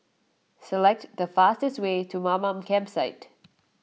select the fastest way to Mamam Campsite